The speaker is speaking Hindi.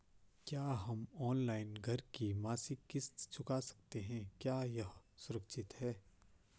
क्या हम ऑनलाइन घर की मासिक किश्त चुका सकते हैं क्या यह सुरक्षित है?